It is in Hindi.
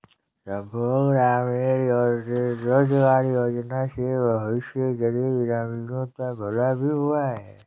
संपूर्ण ग्रामीण रोजगार योजना से बहुत से गरीब ग्रामीणों का भला भी हुआ है